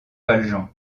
valjean